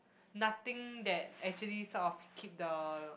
nothing that actually sort of keep the